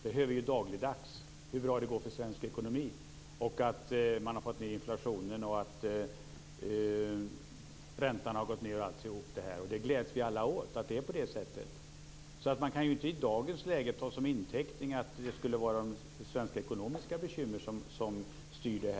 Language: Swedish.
Vi hör ju dagligdags hur bra det går i svensk ekonomi - man har fått ned inflationen, och räntan har gått ned, osv. Vi gläds alla åt att det är på det sättet. Man kan alltså inte i dagens läge ta till intäkt att det är svenska ekonomiska bekymmer som styr detta.